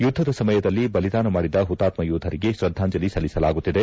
ಯುದ್ಧದ ಸಮಯದಲ್ಲಿ ಬಲಿದಾನ ಮಾಡಿದ ಪುತಾತ್ಮ ಯೋಧರಿಗೆ ಶ್ರದ್ಧಾಂಜಲಿ ಸಲ್ಲಿಸಲಾಗುತ್ತಿದೆ